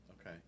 Okay